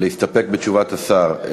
להסתפק בתשובת השר.